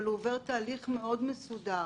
אבל הוא עובר תהליך מאוד מסודר